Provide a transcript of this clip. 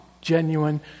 genuine